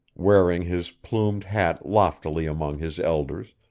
wearing his plumed hat loftily among his elders,